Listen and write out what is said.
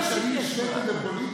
מה שאני השוויתי זה פוליטי?